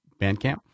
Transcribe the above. Bandcamp